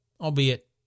albeit